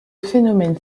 phénomène